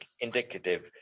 indicative